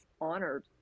honored